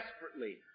Desperately